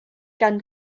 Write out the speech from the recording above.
gan